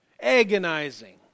Agonizing